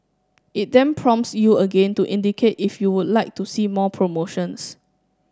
it then prompts you again to indicate if you would like to see more promotions